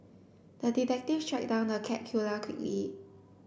the detective tracked down the cat killer quickly